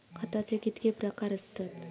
खताचे कितके प्रकार असतत?